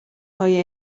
های